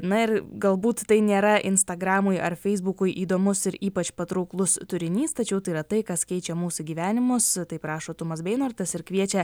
na ir galbūt tai nėra instagramui ar feisbukui įdomus ir ypač patrauklus turinys tačiau tai yra tai kas keičia mūsų gyvenimus taip rašo tumas beinortas ir kviečia